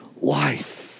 life